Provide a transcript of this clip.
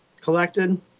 Collected